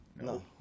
No